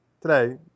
today